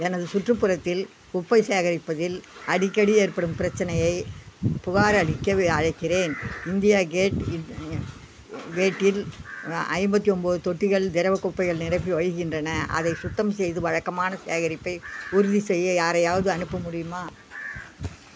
எனது சுற்றுப்புறத்தில் குப்பை சேகரிப்பதில் அடிக்கடி ஏற்படும் பிரச்சினையைப் புகாரளிக்க வ அழைக்கிறேன் இந்தியா கேட் கேட்டில் ஐம்பத்து ஒம்பது தொட்டிகள் திரவ குப்பைகள் நிரம்பி வழிகின்றன அதை சுத்தம் செய்து வழக்கமான சேகரிப்பை உறுதி செய்ய யாரையாவது அனுப்ப முடியுமா